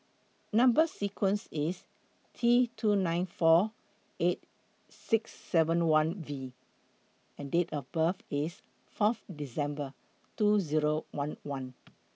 Number sequence IS T two nine four eight six seven one V and Date of birth IS four December two Zero one one